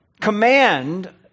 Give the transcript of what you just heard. command